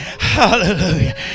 Hallelujah